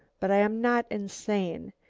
but i am not insane,